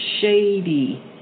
Shady